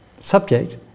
subject